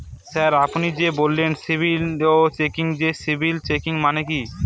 Sir আপনি যে বললেন সিবিল চেকিং সেই সিবিল চেকিং মানে কি?